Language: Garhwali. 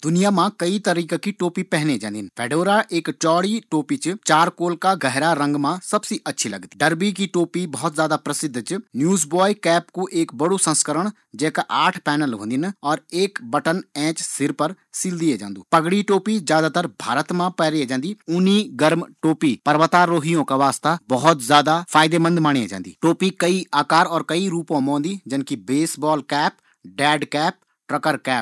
दुनिया मा कई तरह की टोपी पहने जाँदीन फेडोरा एक. चौड़ी टोपी च चारकोल का गहरा रंग मा सबसी अच्छी लगदी डरबी की टोपी बहुत ज्यादा अच्छी लगदी न्यूज बॉय कैप कु एक अलग सा चलन च पगड़ी टोपी ज्वा भारत मा प्रसिद्ध च